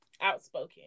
outspoken